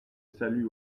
salue